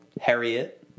Harriet